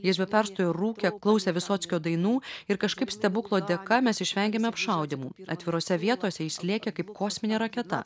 jis be perstojo rūkė klausė visockio dainų ir kažkaip stebuklo dėka mes išvengėme apšaudymų atvirose vietose jis lėkė kaip kosminė raketa